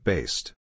Based